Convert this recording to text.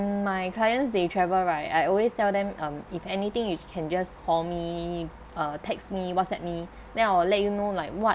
my clients they travel right I always tell them um if anything you can just call me uh text me whatsapp me then I will let you know like what